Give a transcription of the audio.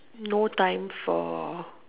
no time for